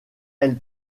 elle